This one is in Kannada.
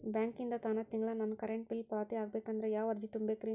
ಬ್ಯಾಂಕಿಂದ ತಾನ ತಿಂಗಳಾ ನನ್ನ ಕರೆಂಟ್ ಬಿಲ್ ಪಾವತಿ ಆಗ್ಬೇಕಂದ್ರ ಯಾವ ಅರ್ಜಿ ತುಂಬೇಕ್ರಿ?